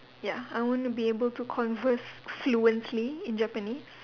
ya I want to be able to converse fluently in Japanese